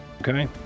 Okay